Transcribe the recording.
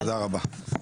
תודה רבה.